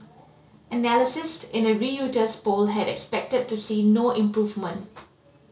analysts in a Reuters poll had expected to see no improvement